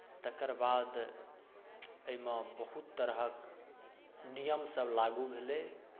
तकर बाद एहिमे बहुत तरहक नियम सभ लागू भेलै